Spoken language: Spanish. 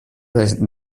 del